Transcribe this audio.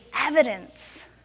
evidence